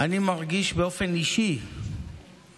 אני מרגיש באופן אישי פגוע